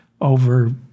over